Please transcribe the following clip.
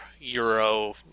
Euro